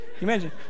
imagine